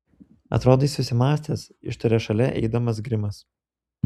atrodai susimąstęs ištarė šalia eidamas grimas